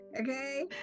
Okay